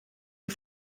die